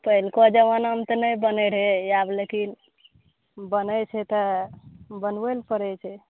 पहिलुको जमानामे तऽ नहि बनै रहै आब लेकिन बनै छै तऽ बनबै ले पड़ै छै